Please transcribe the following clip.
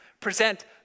present